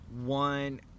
one